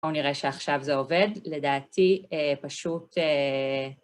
בואו נראה שעכשיו זה עובד, לדעתי פשוט...